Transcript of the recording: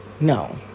No